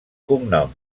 cognom